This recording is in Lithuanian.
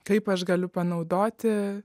kaip aš galiu panaudoti